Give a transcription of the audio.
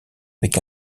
avec